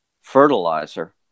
fertilizer